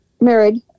married